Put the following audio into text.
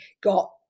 got